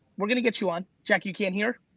we're gonna get you on jackie, you can't hear?